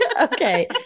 okay